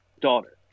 daughter